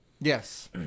Yes